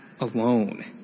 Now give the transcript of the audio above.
alone